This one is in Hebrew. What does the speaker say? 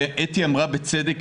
ואתי אמרה בצדק,